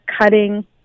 cutting